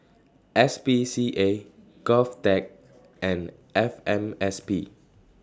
S P C A Govtech and F M S P